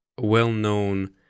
well-known